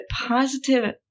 positive